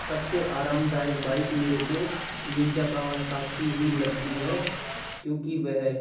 सबसे आरामदायक बाइक मेरे को निंजा कावासाकी ही लगती है क्योंकि वह